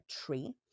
tree